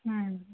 ᱦᱮᱸ